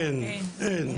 אין בשפה הרוסית?